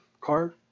card